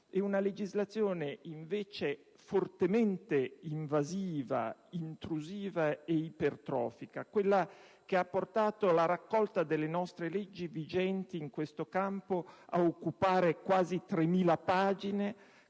ed una legislazione, invece, fortemente invasiva, intrusiva ed ipertrofica, quella che ha portato la raccolta delle leggi vigenti nel nostro Paese in questo campo ad occupare quasi 3.000 pagine,